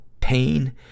pain